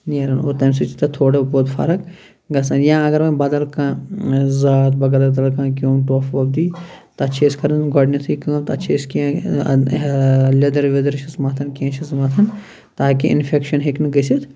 نیران اور تَمہِ سۭتۍ چھِ تتھ تھوڑا بہت فرق گژھان یا اگر وۄنۍ بدل کانٛہہ ذات بدل بدل کانٛہہ کیٚوم ٹۄپھ وۄپھ دی تتھ چھِ أسی کران گۄڈٕنیٚتھٕے کٲم تتھ چھِ أسۍ کیٚنٛہہ لیٚدٕر ویٚدٕر چھِس مَتھان کیٚنٛہہ چھِس متھان تاکہ اِنفیٚکشن ہیٚکہِ نہٕ گَژھتھ